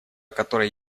которой